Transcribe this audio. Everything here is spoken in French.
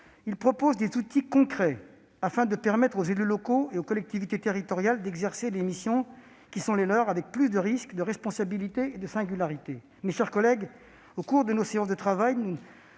Il prévoit des outils concrets afin de permettre aux élus locaux et aux collectivités territoriales d'exercer les missions qui sont les leurs avec plus de risques, de responsabilités et de singularités. Au cours de nos séances de travail,